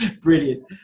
Brilliant